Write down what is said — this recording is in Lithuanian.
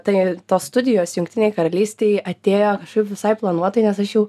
tai tos studijos jungtinėj karalystėj atėjo kažkaip visai planuotai nes aš jau